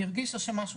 הרגישה שמשהו